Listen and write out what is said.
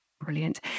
Brilliant